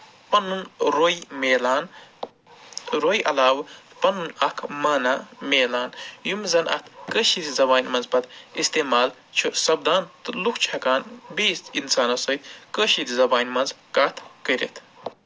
پَنُن روٚے مِلان روٚے علاوٕ پَنُن اکھ معنی مِلان یِم زَن اَتھ کٲشِر زَبانہِ منٛز پَتہٕ استعمال چھِ سَپدان تہٕ لُکھ چھِ ہٮ۪کان بیٚیِس اِنسانَس سۭتۍ کٲشِر زَبانہِ منٛز کَتھ کٔرِتھ